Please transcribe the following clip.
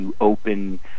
open